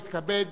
יתכבד,